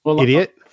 Idiot